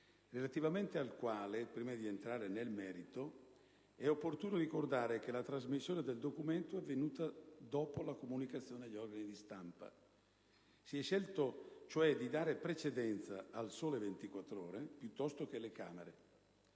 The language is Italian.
relativamente al quale, prima di entrare nel merito, è opportuno ricordare che la trasmissione del documento è avvenuta dopo la comunicazione agli organi di stampa. Si è scelto, cioè, di dare precedenza al «Sole 24 ore» piuttosto che alle Camere.